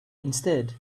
instead